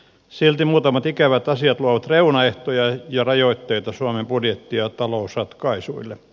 silti muutamat ikävät asiat luovat reunaehtoja ja rajoitteita suomen budjetti ja talousratkaisuille